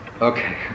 Okay